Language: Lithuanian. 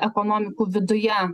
ekonomikų viduje